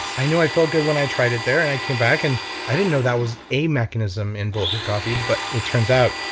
i know i felt good when i tried it there and i came back and i didn't know that was a mechanism in bulletproof coffee but it turns out,